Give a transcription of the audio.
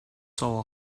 soul